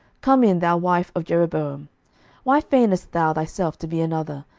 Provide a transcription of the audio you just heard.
come in, thou wife of jeroboam why feignest thou thyself to be another?